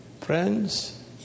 Friends